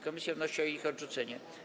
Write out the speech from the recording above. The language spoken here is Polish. Komisja wnosi o ich odrzucenie.